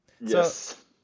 Yes